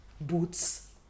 boots